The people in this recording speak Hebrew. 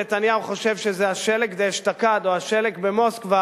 ומה שנתניהו חושב שזה השלג דאשתקד או השלג במוסקבה,